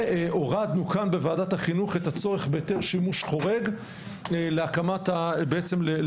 הורדנו כאן בוועדת החינוך את הצורך בהיטל שימוש חורג להקמת מעון,